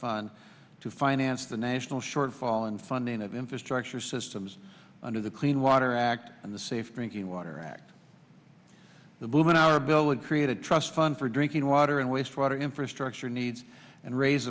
fund to finance the national shortfall in funding of infrastructure systems under the clean water act and the safe drinking water act the movement our ability create a trust fund for drinking water and wastewater infrastructure needs and raise